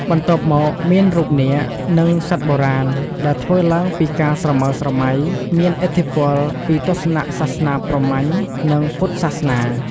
បន្ទាប់មកមានរូបនាគ និងសត្វបុរាណ ដែលធ្វើឡើងពីការស្រមើស្រមៃ មានឥទ្ធិពលពីទស្សនៈសាសនាព្រហ្មញ្ញ និងពុទ្ធសាសនា។